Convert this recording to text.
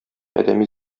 адәми